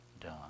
done